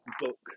book